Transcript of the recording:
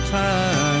time